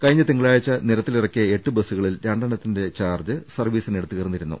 കഴിഞ്ഞ് തിങ്കളാഴ്ച നിരത്തിലിറക്കിയ എട്ട് ബസുകളിൽ രണ്ടെണ്ണത്തിന്റെ ചാർജ് സർവീസിനിടെ തീർന്നിരുന്നു